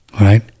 right